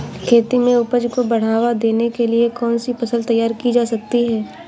खेती में उपज को बढ़ावा देने के लिए कौन सी फसल तैयार की जा सकती है?